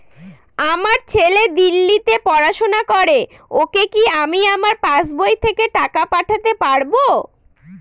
আমার ছেলে দিল্লীতে পড়াশোনা করে ওকে কি আমি আমার পাসবই থেকে টাকা পাঠাতে পারব?